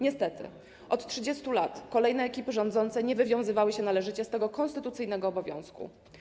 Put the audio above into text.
Niestety, od 30 lat kolejne ekipy rządzące nie wywiązywały się należycie z tego konstytucyjnego obowiązku.